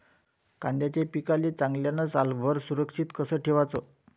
कांद्याच्या पिकाले चांगल्यानं सालभर सुरक्षित कस ठेवाचं?